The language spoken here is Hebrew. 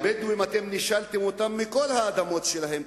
הבדואים, אתם נישלתם אותם מכל האדמות שלהם.